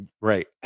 Right